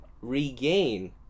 Regain